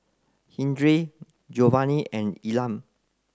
Hildred Giovanny and Elam